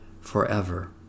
forever